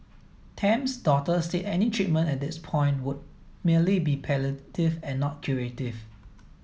Tam's doctor said any treatment at this point would merely be palliative and not curative